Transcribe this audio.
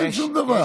אין שום דבר.